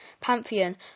Pantheon